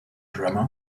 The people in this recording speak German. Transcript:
drummer